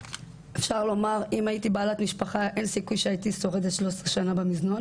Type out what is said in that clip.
אפשר לומר שאם הייתי בעלת משפחה אין סיכוי שהייתי שורדת 13 שנים במזנון